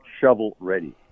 shovel-ready